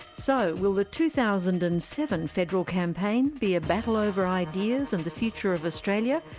so, will the two thousand and seven federal campaign be a battle over ideas and the future of australia,